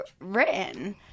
written